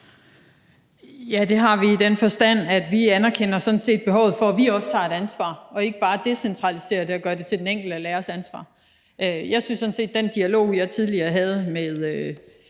Ja, det har vi i den forstand, at vi sådan set anerkender behovet for, at vi også tager et ansvar og ikke bare decentraliserer det og gør det til den enkelte lærers ansvar. Jeg synes sådan set, at den dialog, jeg tidligere havde, med